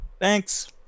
Thanks